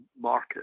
market